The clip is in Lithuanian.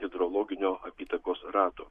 hidrologinio apytakos rato